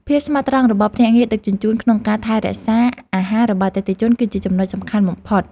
ភាពស្មោះត្រង់របស់ភ្នាក់ងារដឹកជញ្ជូនក្នុងការថែរក្សាអាហាររបស់អតិថិជន គឺជាចំណុចសំខាន់បំផុត។